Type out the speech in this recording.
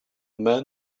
men